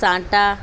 साटा